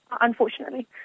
unfortunately